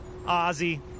Ozzy